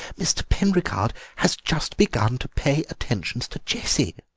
mr. penricarde has just begun to pay attentions to jessie.